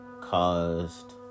caused